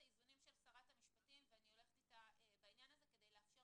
האיזונים של שרת המשפטים ואני הולכת אתה בעניין הזה כדי לאפשר